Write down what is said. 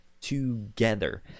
together